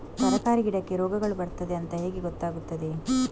ತರಕಾರಿ ಗಿಡಕ್ಕೆ ರೋಗಗಳು ಬರ್ತದೆ ಅಂತ ಹೇಗೆ ಗೊತ್ತಾಗುತ್ತದೆ?